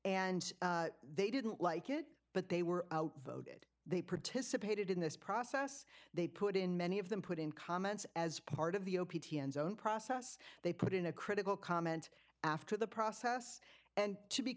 and they didn't like it but they were outvoted they participated in this process they put in many of them put in comments as part of the o p s own process they put in a critical comment after the process and to be